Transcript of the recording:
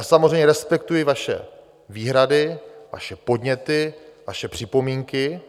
Samozřejmě respektuji vaše výhrady, vaše podněty, vaše připomínky.